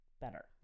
better